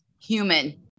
human